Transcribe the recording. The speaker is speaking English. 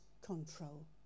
control